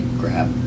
grab